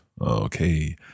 Okay